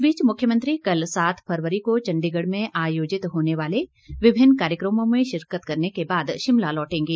इस बीच मुख्यमंत्री कल सात फरवरी को चंडीगढ़ में आयोजित होने वाले विभिन्न कार्यक्रमों में शिरकत करने के बाद शिमला लौटेंगे